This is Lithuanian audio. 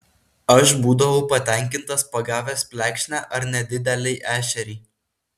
aš būdavau patenkintas pagavęs plekšnę ar nedidelį ešerį